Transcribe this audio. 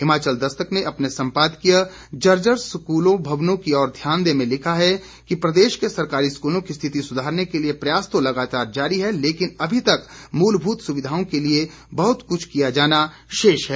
हिमाचल दस्तक ने अपने संपादकीय जर्जर स्कूलों भवनों की ओर ध्यान दें में लिखा है कि प्रदेश के सरकारी स्कूलों की स्थिति सुधारने के लिए प्रयास तो लगातार जारी है लेकिन अभी तक मूलभुत सुविधाओं के लिए बहुत कुछ किया जाना शेष है